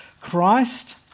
Christ